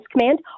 Command